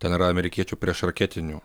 ten yra amerikiečių priešraketinių